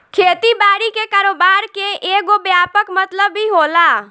खेती बारी के कारोबार के एगो व्यापक मतलब भी होला